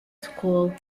school